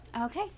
Okay